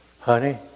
honey